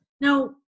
Now